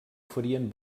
oferien